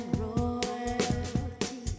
royalty